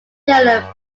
girl